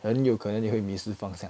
很有可能你会迷失方向